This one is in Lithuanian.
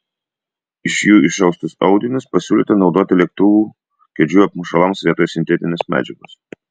iš jų išaustus audinius pasiūlyta naudoti lėktuvų kėdžių apmušalams vietoj sintetinės medžiagos